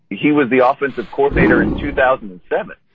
he was the ah offensive coordinator in two thousand and seven.